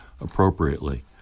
appropriately